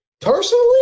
Personally